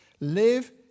Live